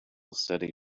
study